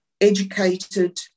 educated